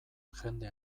jende